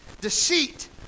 deceit